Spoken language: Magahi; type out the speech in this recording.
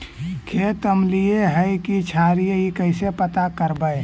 खेत अमलिए है कि क्षारिए इ कैसे पता करबै?